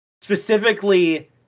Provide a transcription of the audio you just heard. Specifically